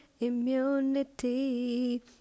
immunity